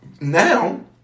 Now